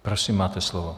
Prosím, máte slovo.